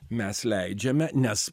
mes leidžiame nes